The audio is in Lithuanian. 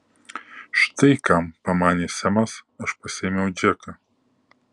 štai kam pamanė semas aš pasiėmiau džeką